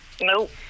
nope